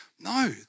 No